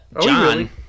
John